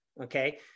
okay